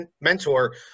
mentor